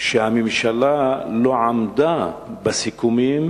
שהממשלה לא עמדה בסיכומים,